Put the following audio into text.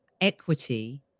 equity